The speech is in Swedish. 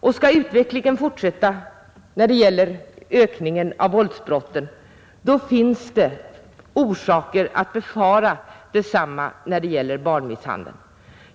Och skall utvecklingen fortsätta vad gäller 49 ökningen av våldsbrotten, då finns det orsaker att befara detsamma när det gäller barnmisshandeln.